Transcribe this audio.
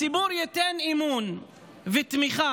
הציבור ייתן אמון ותמיכה